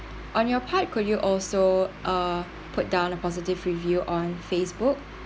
on your part could you also uh put down a positive review on Facebook